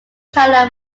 carried